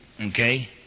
Okay